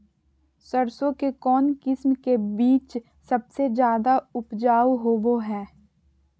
सरसों के कौन किस्म के बीच सबसे ज्यादा उपजाऊ होबो हय?